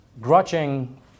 grudging